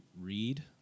read